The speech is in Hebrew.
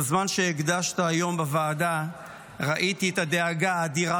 בזמן שהקדשת היום בוועדה ראיתי את הדאגה האדירה